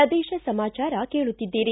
ಪ್ರದೇಶ ಸಮಾಚಾರ ಕೇಳುತ್ತಿದ್ದೀರಿ